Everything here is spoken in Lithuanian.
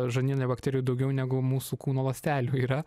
žarnyne bakterijų daugiau negu mūsų kūno ląstelių yra